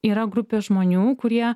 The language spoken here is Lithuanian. yra grupė žmonių kurie